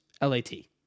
L-A-T